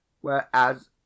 whereas